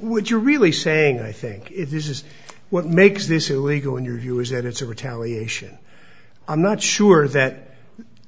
would you're really saying i think if this is what makes this illegal in your view is that it's a retaliation i'm not sure that